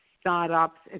startups